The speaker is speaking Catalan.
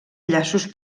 llaços